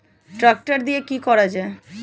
Tractor দিয়ে কি করা যায়?